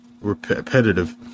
Repetitive